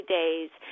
days